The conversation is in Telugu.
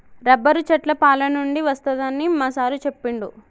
రబ్బరు చెట్ల పాలనుండి వస్తదని మా సారు చెప్పిండు